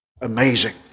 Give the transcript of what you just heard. amazing